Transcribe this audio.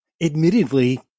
admittedly